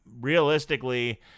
realistically